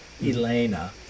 Elena